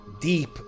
deep